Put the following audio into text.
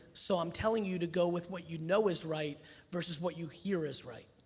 so i'm telling you to go with what you know is right versus what you hear is right.